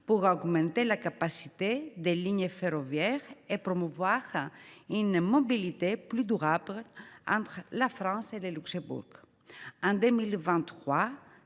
pour augmenter la capacité des lignes ferroviaires et promouvoir une mobilité plus durable entre la France et le Luxembourg. En 2023,